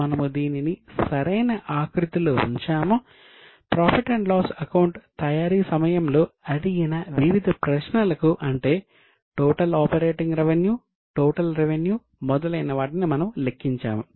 మనము profit loss account మొదలైన వాటిని మనము లెక్కించాము